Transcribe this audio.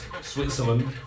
Switzerland